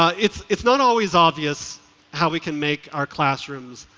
ah it's it's not always obvious how we can make our classrooms,